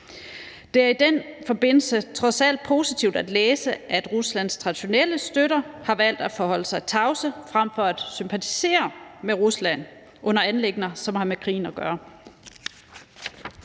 Det er i den forbindelse trods alt positivt at læse, at Ruslands traditionelle støtter har valgt at forholde sig tavse frem for at sympatisere med Rusland under anliggender, som har med krigen at gøre.